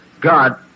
God